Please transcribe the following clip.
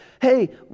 hey